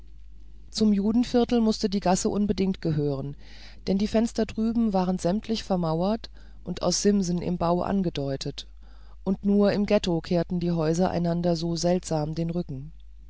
zum judenviertel mußte die gasse unbedingt gehören denn die fenster drüben waren sämtlich vermauert oder aus simsen im bau angedeutet und nur im ghetto kehren die häuser einander so seltsam den rücken